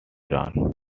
iran